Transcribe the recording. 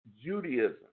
Judaism